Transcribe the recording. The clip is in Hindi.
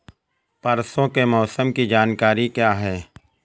परसों के मौसम की जानकारी क्या है?